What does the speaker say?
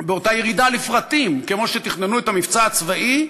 ירידה לפרטים כמו שתכננו את המבצע הצבאי,